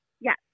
Yes